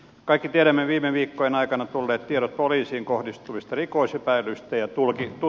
kaikki tiedämme viime viikkojen aikana tulleet tiedot poliisiin kohdistuvista rikosepäilyistä ja tutkinnasta